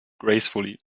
gracefully